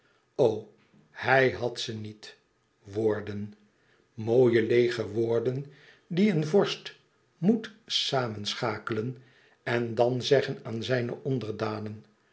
hij had ze niet woorden mooie leêge woorden die een vorst moest samenschakelen en dan zeggen aan zijn onderdanen